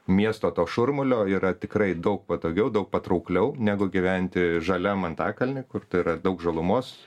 miesto to šurmulio yra tikrai daug patogiau daug patraukliau negu gyventi žaliam antakalny kur tai yra daug žalumos